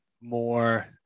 more